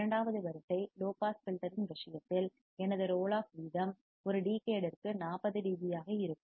இரண்டாவது வரிசை second order low pass filter இன் விஷயத்தில் எனது ரோல் ஆஃப் வீதம் ஒரு தசாப்தத்திற்கு டிகேட்ற்கு 40 dB ஆக இருக்கும்